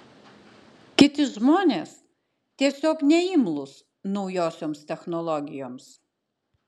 kiti žmonės tiesiog neimlūs naujosioms technologijoms